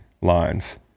lines